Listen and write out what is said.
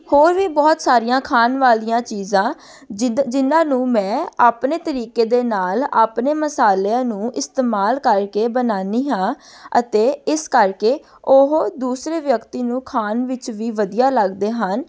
ਹੋਰ ਵੀ ਬਹੁਤ ਸਾਰੀਆਂ ਖਾਣ ਵਾਲੀਆਂ ਚੀਜ਼ਾਂ ਜਿੱਦ ਜਿਨ੍ਹਾਂ ਨੂੰ ਮੈਂ ਆਪਣੇ ਤਰੀਕੇ ਦੇ ਨਾਲ ਆਪਣੇ ਮਸਾਲਿਆਂ ਨੂੰ ਇਸਤੇਮਾਲ ਕਰਕੇ ਬਣਾਉਂਦੀ ਹਾਂ ਅਤੇ ਇਸ ਕਰਕੇ ਉਹ ਦੂਸਰੇ ਵਿਅਕਤੀ ਨੂੰ ਖਾਣ ਵਿੱਚ ਵੀ ਵਧੀਆ ਲੱਗਦੇ ਹਨ